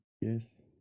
yes